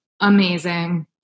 amazing